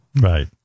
right